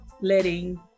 letting